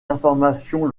informations